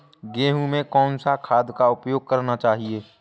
गेहूँ में कौन सा खाद का उपयोग करना चाहिए?